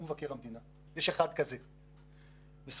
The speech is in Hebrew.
אבל הוא מבקר המדינה.